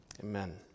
Amen